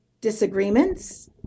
disagreements